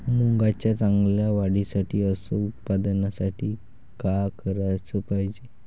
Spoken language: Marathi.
मुंगाच्या चांगल्या वाढीसाठी अस उत्पन्नासाठी का कराच पायजे?